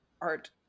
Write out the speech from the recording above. art